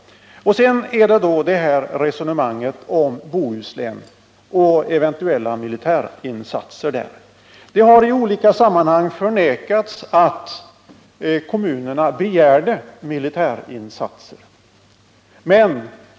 Sedan till resonemanget om eventuella militärinsatser i Bohuslän. Det har i olika sammanhang förnekats att kommunerna begärde militärinsatser.